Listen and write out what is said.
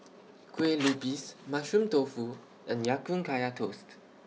Kue Lupis Mushroom Tofu and Ya Kun Kaya Toast